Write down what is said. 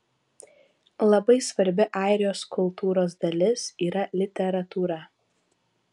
labai svarbi airijos kultūros dalis yra literatūra